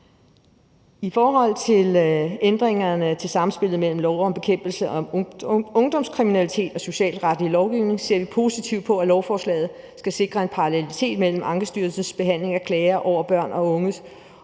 I forhold til ændringerne i samspillet mellem lov om bekæmpelse af ungdomskriminalitet og den socialretlige lovgivning ser vi positivt på, at lovforslaget skal sikre en parallelitet mellem Ankestyrelsens behandling af klager over Børn og